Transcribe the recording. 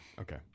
okay